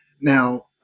now